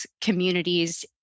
communities